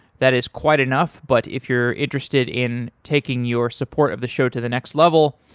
that is quite enough, but if you're interested in taking your support of the show to the next level,